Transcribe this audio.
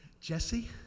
Jesse